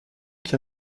qui